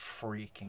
freaking